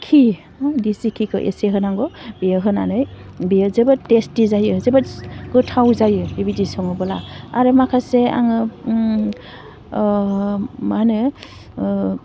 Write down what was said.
घि दिसि घिखौ एसे होनांगौ बेयाव होनानै बियो जोबोद टेस्टि जायो जोबोद गोथाव जायो बिबायदि सङोबोला आरो माखासे आङो मा होनो